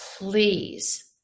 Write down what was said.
please